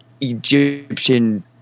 Egyptian